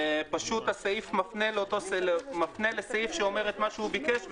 הסעיף מפנה לסעיף שאומר את מה שהוא ביקש,